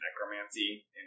necromancy